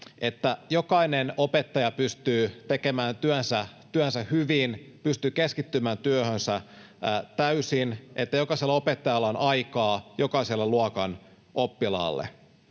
jokainen opettaja pystyy tekemään työnsä hyvin, pystyy keskittymään työhönsä täysin, ja että jokaisella opettajalla on aikaa jokaiselle luokan oppilaalle.